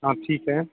हाँ ठीक है